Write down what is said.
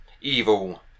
evil